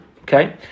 okay